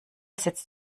sitzt